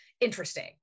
interesting